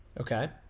Okay